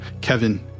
Kevin